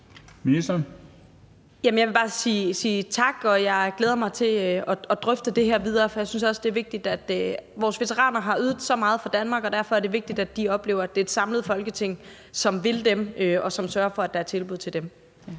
jeg vil bare sige tak, og at jeg glæder mig til at drøfte det her videre, for jeg synes også, det er vigtigt. Vores veteraner har ydet så meget for Danmark, og derfor er det vigtigt, at de oplever, at det er et samlet Folketing, som vil dem, og som sørger for, at der er tilbud til dem.